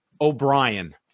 O'Brien